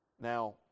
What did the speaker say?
Now